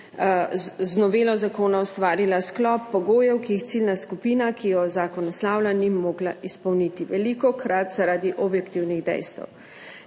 z novelo zakona ustvarila sklop pogojev, ki jih ciljna skupina, ki jo zakon naslavlja, ni mogla izpolniti, velikokrat zaradi objektivnih dejstev.